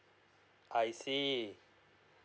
I see